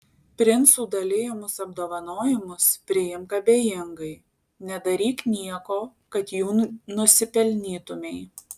princų dalijamus apdovanojimus priimk abejingai nedaryk nieko kad jų nusipelnytumei